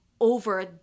over